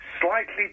slightly